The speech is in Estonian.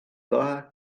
kahe